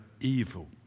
evil